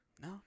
No